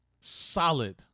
solid